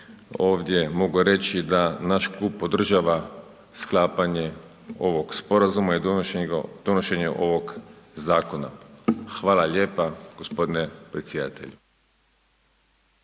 ovdje mogu reći da naš klub podržava sklapanje ovog Sporazuma i donošenje ovog zakona. Hvala lijepa g. predsjedatelju.